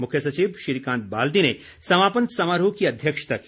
मुख्य सचिव श्रीकांत बाल्दी ने समापन समारोह की अध्यक्षता की